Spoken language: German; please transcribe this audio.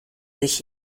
sich